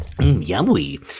Yummy